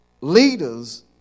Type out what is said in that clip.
leaders